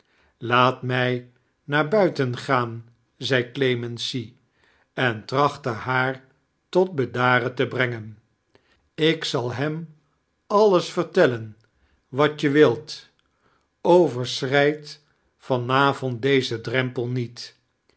laat mij naar buiten gaan zei clemency en txachtte haar tot bedaren te brengen ik zal hem alles vertellen wat je wilt overschrijd van avond dezen drempel niet